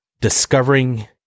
discovering